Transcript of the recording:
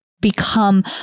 become